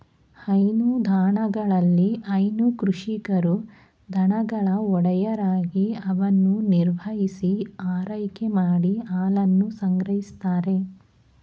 ಹೈನುದಾಣಗಳಲ್ಲಿ ಹೈನು ಕೃಷಿಕರು ದನಗಳ ಒಡೆಯರಾಗಿ ಅವನ್ನು ನಿರ್ವಹಿಸಿ ಆರೈಕೆ ಮಾಡಿ ಹಾಲನ್ನು ಸಂಗ್ರಹಿಸ್ತಾರೆ